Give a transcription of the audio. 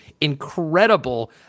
Incredible